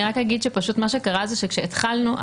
אני אומר שמה שקרה זה שכאשר התחלנו,